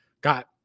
got